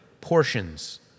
portions